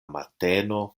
mateno